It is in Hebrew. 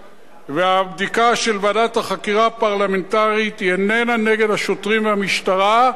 והבדיקה של ועדת החקירה הפרלמנטרית איננה נגד השוטרים והמשטרה,